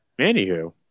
Anywho